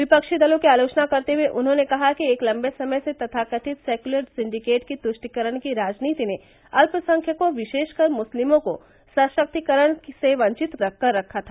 विपक्षी दलों की आलोचना करते हुए उन्होंने कहा कि एक लम्बे समय से तथाकथित सेक्यूलर सिंडिकेट की तुष्टीकरण की राजनीति ने अल्पसंख्यकों विशेष कर मुस्लिमों को सशक्तिकरण से वंचित कर रखा था